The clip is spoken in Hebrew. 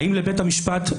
האם לבית המשפט,